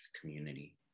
community